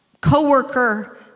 coworker